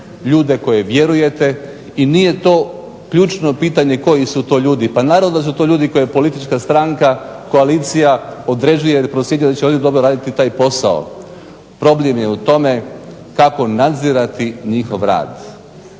ljude koje vjerujete i nije to ključno pitanje koji su to ljudi. Pa naravno da su to ljudi koje politička stranka koalicija određuje jer procjenjuje da će ovdje dobro raditi taj posao. Problem je u tome kako nadzirati njihov rad.